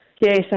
Yes